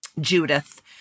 Judith